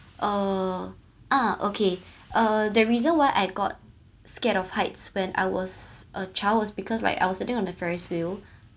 uh ah okay uh the reason why I got scared of heights when I was a child was because like I was sitting on the ferris wheel